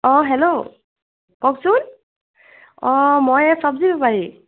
অ hello কওকচোন অ মই এই চব্জি বেপাৰী